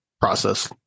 process